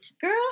girl